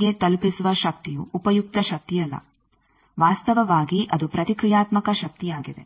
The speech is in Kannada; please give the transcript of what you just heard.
ಗೆ ತಲುಪಿಸುವ ಶಕ್ತಿಯು ಉಪಯುಕ್ತ ಶಕ್ತಿಯಲ್ಲ ವಾಸ್ತವವಾಗಿ ಅದು ಪ್ರತಿಕ್ರಿಯಾತ್ಮಕ ಶಕ್ತಿಯಾಗಿದೆ